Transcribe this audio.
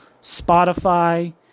Spotify